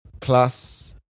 class